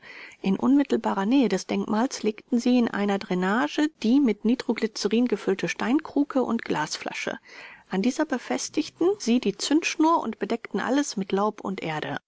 in unmittelbarer nähe des denkmals legten sie in eine dränage die mit nitroglyzerin gefüllte steinkruke und glasflasche an diese befestigten stigten sie die zündschnur und bedeckten alles mit laub und erde